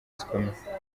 zikomeye